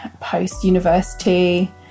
post-university